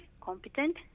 competent